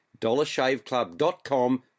dollarshaveclub.com